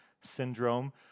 Syndrome